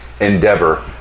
endeavor